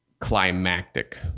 climactic